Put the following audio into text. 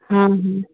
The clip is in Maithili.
हँ हँ